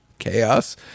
chaos